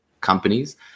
companies